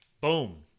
Boom